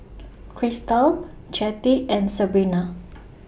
Krystle Jettie and Sebrina